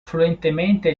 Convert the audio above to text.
fluentemente